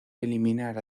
eliminar